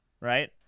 right